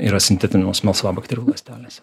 yra sintetinamos melsvabakterių ląstelėse